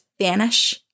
vanish